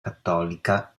cattolica